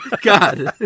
God